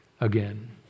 again